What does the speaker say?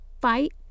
fight